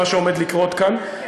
מה שעומד לקרות כאן,